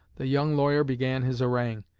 the young lawyer began his harangue.